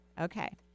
Okay